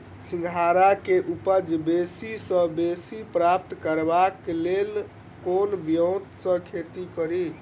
सिंघाड़ा केँ उपज बेसी सऽ बेसी प्राप्त करबाक लेल केँ ब्योंत सऽ खेती कड़ी?